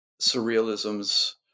surrealism's